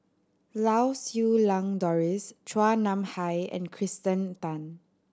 Lau Siew Lang Doris Chua Nam Hai and Kirsten Tan